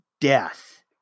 death